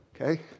okay